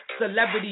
celebrity